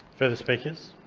further speakers?